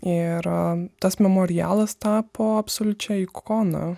ir a tas memorialas tapo absoliučia ikona